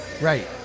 Right